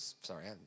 Sorry